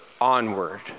onward